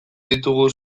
ditugu